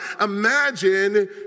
Imagine